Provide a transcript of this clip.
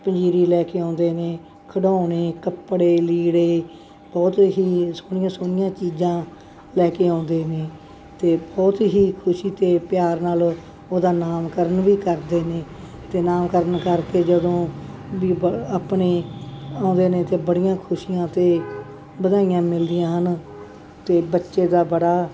ਪੰਜੀਰੀ ਲੈ ਕੇ ਆਉਂਦੇ ਨੇ ਖਿਡੌਣੇ ਕੱਪੜੇ ਲੀੜੇ ਬਹੁਤ ਹੀ ਸੋਹਣੀਆਂ ਸੋਹਣੀਆਂ ਚੀਜ਼ਾਂ ਲੈ ਕੇ ਆਉਂਦੇ ਨੇ ਅਤੇ ਬਹੁਤ ਹੀ ਖੁਸ਼ੀ ਅਤੇ ਪਿਆਰ ਨਾਲ ਉਹਦਾ ਨਾਮਕਰਨ ਵੀ ਕਰਦੇ ਨੇ ਅਤੇ ਨਾਮਕਰਨ ਕਰਕੇ ਜਦੋਂ ਵੀ ਆਪਣੇ ਆਉਂਦੇ ਨੇ ਅਤੇ ਬੜੀਆਂ ਖੁਸ਼ੀਆਂ ਅਤੇ ਵਧਾਈਆਂ ਮਿਲਦੀਆਂ ਹਨ ਅਤੇ ਬੱਚੇ ਦਾ ਬੜਾ